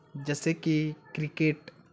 जसे की क्रिकेट